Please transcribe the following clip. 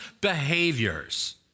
behaviors